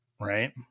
Right